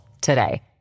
today